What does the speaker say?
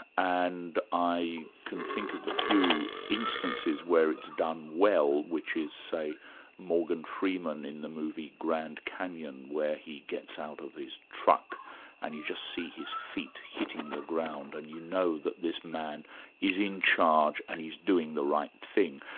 and i can think of a few instances where it's done well, which is say morgan freeman in the movie grand canyon, where he gets out of his truck and you just see his feet hitting the ground and you know that this man is in charge and he's doing the right thing.